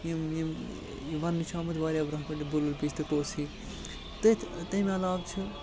یِم یِم یہِ وَننہٕ چھُ آمُت واریاہ بروںٛہہ پٮ۪ٹھ یہِ بُلبُل پِچہِ تہٕ پوٚژھ یی تٔتھی تٔمۍ علاوٕ چھُ